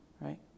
Right